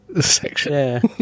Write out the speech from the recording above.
Section